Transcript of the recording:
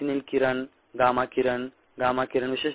अतिनील किरण गामा किरण गामा किरण